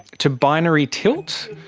to binary tilt,